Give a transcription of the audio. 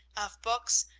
of books,